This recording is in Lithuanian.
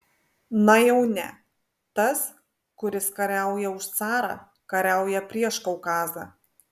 na jau ne tas kuris kariauja už carą kariauja prieš kaukazą